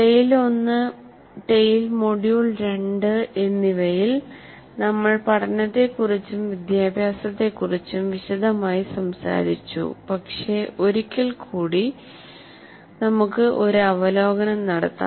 tail 1 ടെയിൽ module 2 എന്നിവയിൽ നമ്മൾ പഠനത്തെക്കുറിച്ചും വിദ്യാഭ്യാസത്തെക്കുറിച്ചും വിശദമായി സംസാരിച്ചു പക്ഷേ ഒരിക്കൽ കൂടി നമുക്ക് ഒരു അവലോകനം നടത്താം